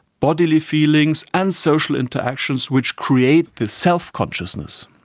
bodily feelings and social interactions which create this self-consciousness.